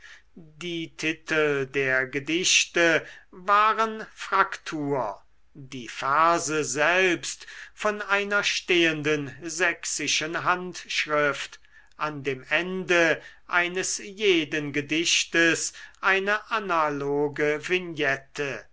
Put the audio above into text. die titel der gedichte waren fraktur die verse selbst von einer stehenden sächsischen handschrift an dem ende eines jeden gedichtes eine analoge vignette